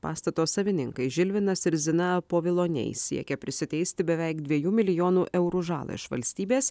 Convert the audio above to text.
pastato savininkai žilvinas ir zina poviloniai siekia prisiteisti beveik dviejų milijonų eurų žalą iš valstybės